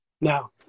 Now